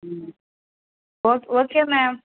okay okay ma'am